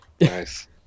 nice